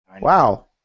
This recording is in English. Wow